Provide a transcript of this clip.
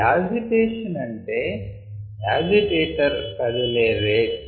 agitation అంటే agitator కదిలే rate